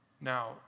Now